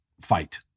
fight